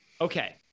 Okay